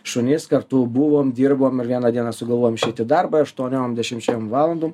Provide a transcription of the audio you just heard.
šunys kartu buvom dirbom ir vieną dieną sugalvojom išeit darbą aštuoniom dešimčiai valandų